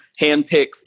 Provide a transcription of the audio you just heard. handpicks